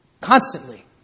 constantly